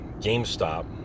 GameStop